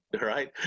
right